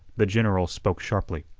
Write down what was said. the general spoke sharply.